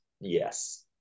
yes